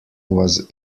was